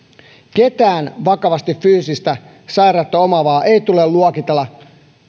ketään vakavaa fyysistä sairautta omaavaa ei tule luokitella